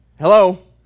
Hello